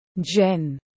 Jen